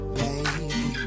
baby